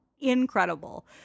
Incredible